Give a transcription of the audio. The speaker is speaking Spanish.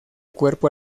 cuerpo